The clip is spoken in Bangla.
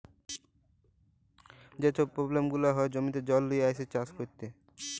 যে ছব পব্লেম গুলা হ্যয় জমিতে জল লিয়ে আইসে চাষ ক্যইরতে